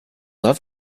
love